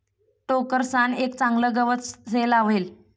टोकरसान एक चागलं गवत से लावले